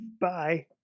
bye